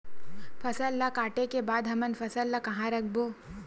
फसल ला काटे के बाद हमन फसल ल कहां रखबो?